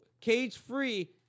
cage-free